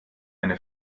eine